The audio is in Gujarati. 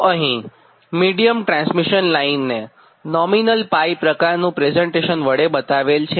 તોઅહીં મિડીયમ ટ્રાન્સમિશન લાઈનને નોમિનલ પ્રકારનું પ્રેઝન્ટેશન વડે બતાવેલ છે